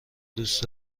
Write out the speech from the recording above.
دوست